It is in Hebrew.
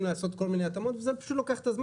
לעשות כל מיני התאמות וזה פשוט לוקח את הזמן,